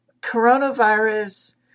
Coronavirus